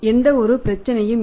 எந்தவொரு பிரச்சினையும் இல்லை